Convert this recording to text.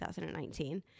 2019